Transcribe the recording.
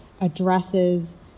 addresses